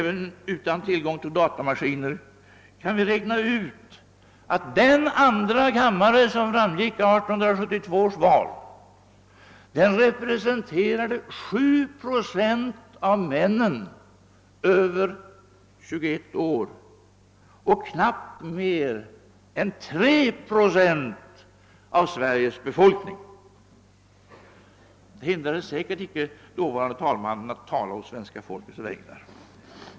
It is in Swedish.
Även utan tillgång till datamaskiner kan vi räkna ut att den andra kammare, som framgick som resultat av 1872 års val, representerade 7 procent av männen över 21 år och knappt mer än 3 procent av Sveriges befolkning. Detta hindrade emellertid säkerligen inte den dåvarande talmannen att yttra sig å svenska folkets vägnar.